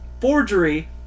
forgery